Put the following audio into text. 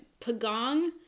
Pagong